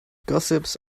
gossips